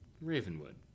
Ravenwood